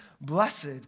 Blessed